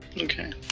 Okay